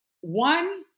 One